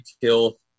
kill